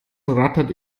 rattert